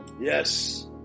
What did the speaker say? Yes